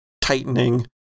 tightening